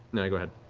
no, go ahead.